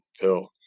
pill